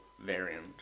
variant